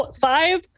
five